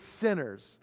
sinners